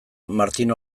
martin